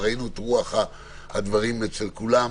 ראינו את רוח הדברים אצל כולם.